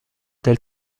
del